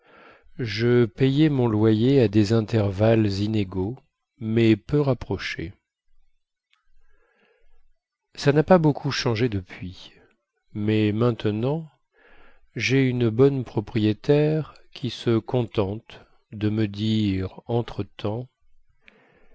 je payais mon loyer à des intervalles inégaux mais peu rapprochés ça na pas beaucoup changé depuis mais maintenant jai une bonne propriétaire qui se contente de me dire